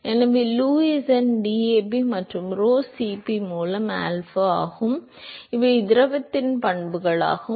எனவே லூயிஸ் எண் DAB மற்றும் rho Cp மூலம் ஆல்பா ஆகும் இவை திரவத்தின் பண்புகளாகும்